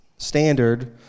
standard